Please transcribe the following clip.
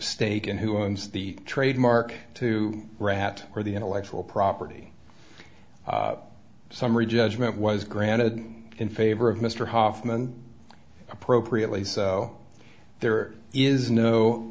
stake in who owns the trademark to rat or the intellectual property summary judgment was granted in favor of mr hoffman appropriately so there is no